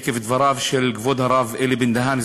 עקב דבריו של כבוד הרב אלי בן-דהן,